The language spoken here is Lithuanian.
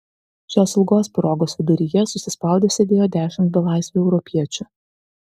šios ilgos pirogos viduryje susispaudę sėdėjo dešimt belaisvių europiečių